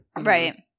Right